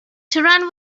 taran